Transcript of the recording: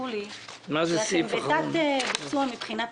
שאתם בתת-ביצוע מבחינה תקציבית,